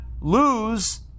lose